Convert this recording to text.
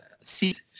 seat